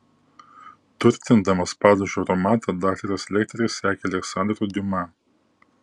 turtindamas padažo aromatą daktaras lekteris sekė aleksandru diuma